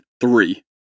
three